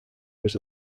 was